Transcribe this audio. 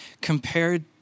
Compared